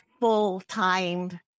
full-time